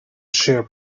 share